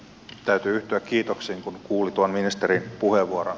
täytyy yhtyä kiitoksiin kun kuuli tuon ministerin puheenvuoron